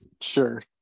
Sure